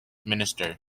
minister